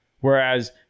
Whereas